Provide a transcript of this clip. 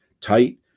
tight